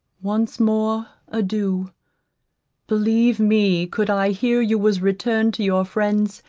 once more adieu believe me could i hear you was returned to your friends,